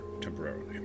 temporarily